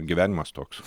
gyvenimas toks